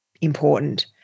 important